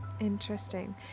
Interesting